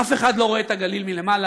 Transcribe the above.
אף אחד לא רואה את הגליל מלמעלה,